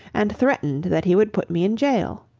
and threatened that he would put me in goal.